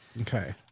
Okay